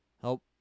help